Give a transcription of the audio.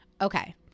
Okay